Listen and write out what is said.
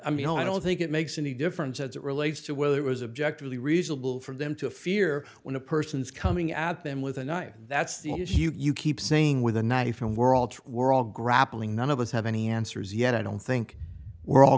i mean i don't think it makes any difference as it relates to whether it was object really reasonable for them to fear when a person is coming at them with a knife that's the as you keep saying with a knife and world we're all grappling none of us have any answers yet i don't think we're all